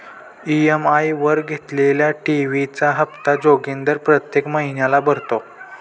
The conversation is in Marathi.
ई.एम.आय वर घेतलेल्या टी.व्ही चा हप्ता जोगिंदर प्रत्येक महिन्याला भरतो